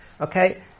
Okay